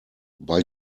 bei